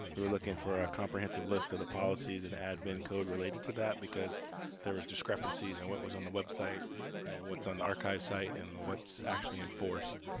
we were looking for a comprehensive list of the policies and admin code related to that. because there was discrepancies on and what was on the website and what's on the archived site, and what's actually enforced.